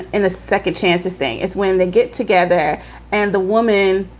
in the second chances thing is when they get together and the woman,